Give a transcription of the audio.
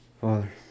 Father